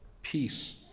peace